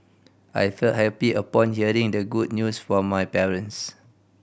I felt happy upon hearing the good news from my parents